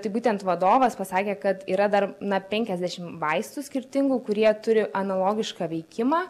tai būtent vadovas pasakė kad yra dar na penkiasdešim vaistų skirtingų kurie turi analogišką veikimą